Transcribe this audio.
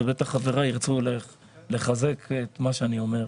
ובטח חבריי ירצו לחזק את מה שאני אומר,